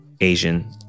Asian